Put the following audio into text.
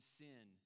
sin